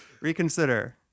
reconsider